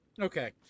Okay